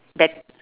bet~